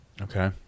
Okay